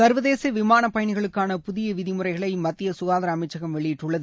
சர்வதேசவிமானபயணிகளுக்கான புதியவிதிமுறைகளைமத்தியசுகாதாரஅமைச்சகம் வெளியிட்டுள்ளது